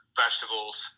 vegetables